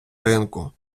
ринку